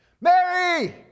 Mary